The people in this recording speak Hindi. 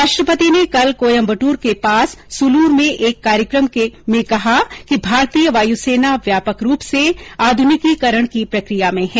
राष्ट्रपति ने कल कोयम्बट्र के पास सुलुर में एक कार्यक्रम में कहा कि भारतीय वायुसेना व्यापक रूप से आधुनिकीकरण की प्रक्रिया में है